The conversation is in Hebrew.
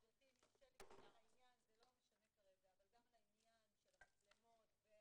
אם יורשה לי גם לעניין של המצלמות והתיאום,